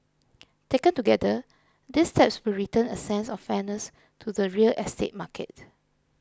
taken together these steps will return a sense of fairness to the real estate market